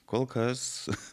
kol kas